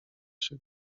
się